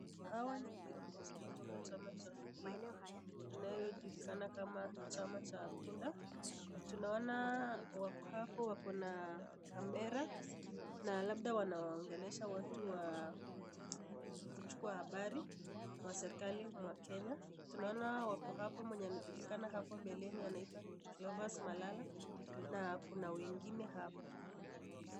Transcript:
Hawa ni viongozi kutoka chama ya ODM binaweza chulikana kama chama cha punda tunaona wakapo wakona kamera nalabda eanongelesha wa kutumia habari wa serkali mwa kenya tunaona wako hapa ambyo anajulikana hapo mbele anaitwa Julius malala na June wengine hapo.